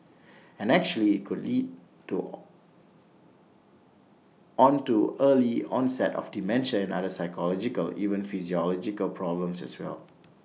and actually could lead to on to early onset of dementia and other psychological even physiological problems as well